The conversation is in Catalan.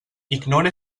ignore